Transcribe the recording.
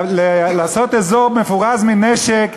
לעשות אזור מפורז מנשק,